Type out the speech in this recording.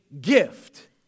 gift